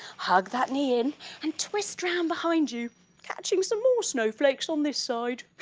hug that knee in and twist round behind you catching some more snowflakes on this side.